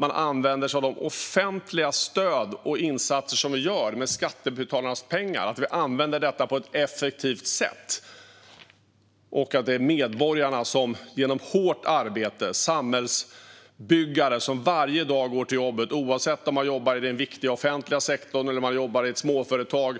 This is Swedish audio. Man använder sig av de offentliga stöd och insatser som vi genomför med skattebetalarnas pengar, och de används på ett effektivt sätt. Det är medborgare och samhällsbyggare som arbetar hårt och som varje dag går till jobbet, oavsett om de jobbar i den viktiga offentliga sektorn eller i ett småföretag.